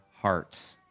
hearts